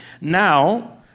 Now